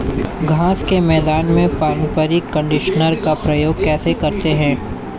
घास के मैदान में पारंपरिक कंडीशनर का प्रयोग कैसे करते हैं?